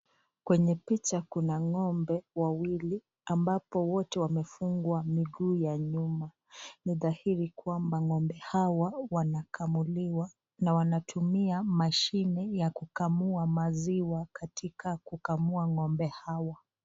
Kwenye picha kuna ngombe wawili, ambapo wote wamefungwa miguu ya nyuma, ni dhahiri kwamba ngombe hawa wanakamuliwa na wanatumia mashine ya kukamua maziwa katika kukamua ngombe hawa.